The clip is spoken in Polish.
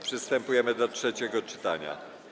Przystępujemy do trzeciego czytania.